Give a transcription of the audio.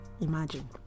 imagine